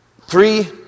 three